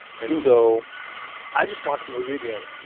and so i just watched the movie again,